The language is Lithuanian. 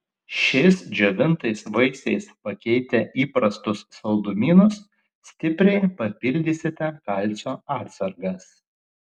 šiais džiovintais vaisiais pakeitę įprastus saldumynus stipriai papildysite kalcio atsargas